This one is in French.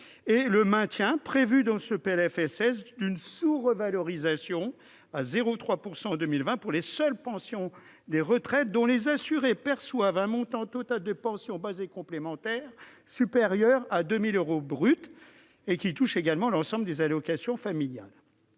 le maintien, prévu dans ce PLFSS, d'une sous-revalorisation à 0,3 % en 2020 pour les seules pensions de retraite dont les assurés perçoivent un montant total, base et complémentaire, supérieur à 2 000 euros, l'ensemble des allocations familiales